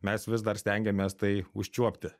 mes vis dar stengiamės tai užčiuopti